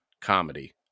comedy